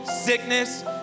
sickness